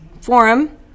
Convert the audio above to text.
forum